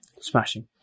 Smashing